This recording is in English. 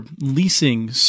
leasing